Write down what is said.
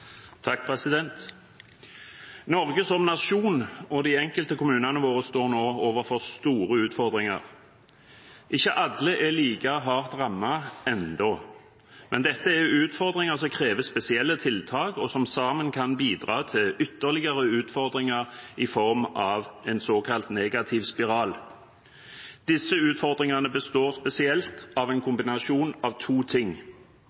like hardt rammet ennå, men dette er utfordringer som krever spesielle tiltak, og som sammen kan bidra til ytterligere utfordringer i form av en såkalt negativ spiral. Disse utfordringene består spesielt av en kombinasjon av to ting: